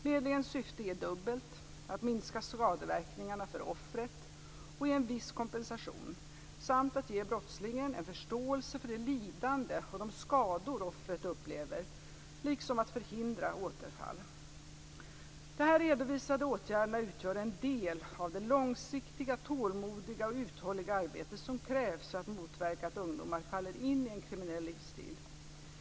Medlingens syfte är dubbelt: att minska skadeverkningarna för offret och ge en viss kompensation samt att ge brottslingen en förståelse för det lidande och de skador offret upplever liksom att förhindra återfall. De redovisade åtgärderna utgör en del av det långsiktiga, tålmodiga och uthålliga arbete som krävs för att motverka att ungdomar faller in i en kriminell livsstil.